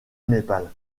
népal